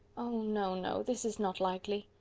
oh, no, no this is not likely.